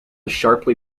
sharply